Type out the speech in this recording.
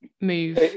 move